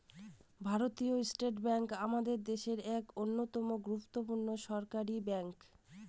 ভারতীয় State Bank আমাদের দেশের এক অন্যতম গুরুত্বপূর্ণ সরকারি ব্যাঙ্ক